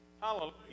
Hallelujah